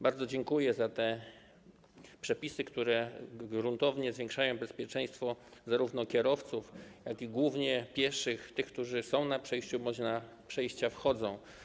Bardzo dziękuję za te przepisy, które gruntownie zwiększają bezpieczeństwo zarówno kierowców, jak i głównie pieszych, tych, którzy są na przejściu i może na przejście wchodzą.